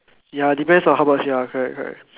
ya depends on how much ya correct correct